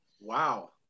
Wow